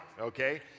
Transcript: okay